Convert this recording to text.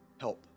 help